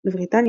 בבריטניה,